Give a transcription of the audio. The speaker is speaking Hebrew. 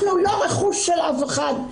אנחנו לא רכוש של אף אחד,